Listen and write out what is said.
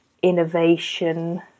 innovation